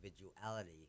individuality